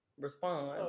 respond